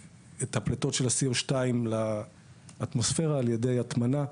הפליטות של ה-C02 לאטמוספירה על ידי הטמנה.